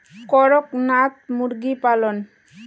করকনাথ মুরগি পালন?